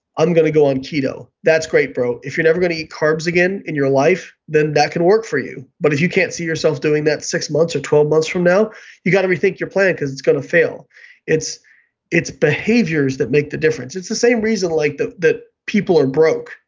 i'm going to go on keto. that's great bro. if you're never going to eat carbs again in your life then that can work for you. but if you can't see yourself doing that six months or twelve months from now you got to rethink your plan because it's going to fail it's it's behaviors that make the difference. it's the same reason like that people are broke.